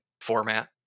format